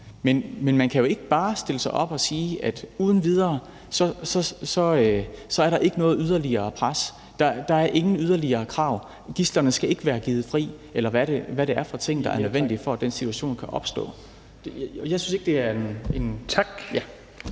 Men man kan jo ikke bare stille sig op og sige, at uden videre er der ikke noget yderligere pres, at der ikke er nogen yderligere krav, at gidslerne ikke skal være givet fri, eller hvad det er for ting, der er nødvendige, for at den situation kan opstå.